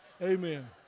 Amen